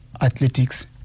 Athletics